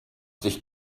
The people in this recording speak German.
dich